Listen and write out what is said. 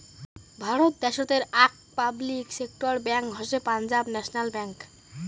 ভারত দ্যাশোতের আক public sector bank হসে পাঞ্জাব ন্যাশনাল ব্যাঙ্ক